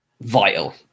Vital